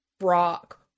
rock